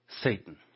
Satan